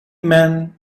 men